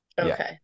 Okay